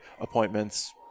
appointments